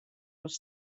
els